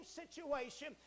situation